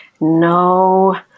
No